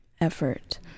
effort